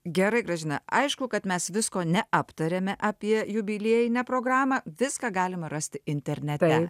gerai grąžina aišku kad mes visko neaptarėme apie jubiliejinę programą viską galima rasti internete